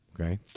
Okay